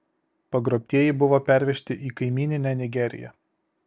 pagrobtieji buvo pervežti į kaimyninę nigeriją